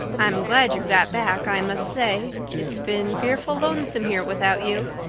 i'm glad you've got back, i must say. it's been fearful lonesome here without you,